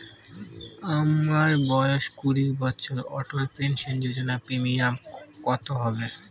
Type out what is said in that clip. আমার বয়স কুড়ি বছর অটল পেনসন যোজনার প্রিমিয়াম কত হবে?